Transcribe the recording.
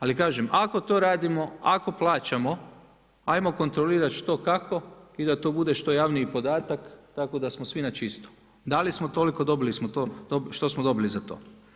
Ali kažem, ako to radimo, ako plaćamo hajmo kontrolirati što, kako i da to bude što javniji podatak tako da smo svi na čisto dali smo toliko, dobili smo to, što smo dobili za to.